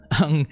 ang